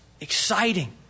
exciting